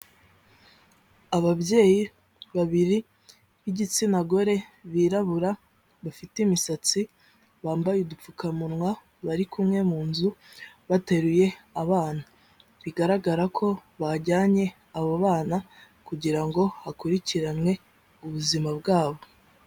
Ababyeyi babiri b'igitsina gore birabura bafite imisatsi bambaye udupfukamunwa, bari kumwe mu nzu bateruye abana bigaragara ko bajyanye abo bana kugira ngo hakurikiranwe ubuzima bwabo.